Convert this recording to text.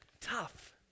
tough